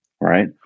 right